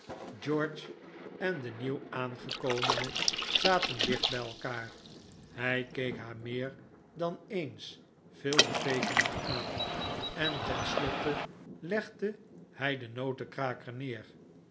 george en de nieuw aangekomene zaten dicht bij elkaar hij keek haar meer dan eens veelbeteekenend aan en ten slotte legde hij den notenkraker neer